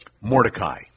Mordecai